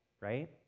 right